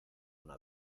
una